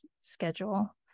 schedule